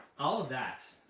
all of that,